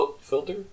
filter